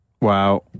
wow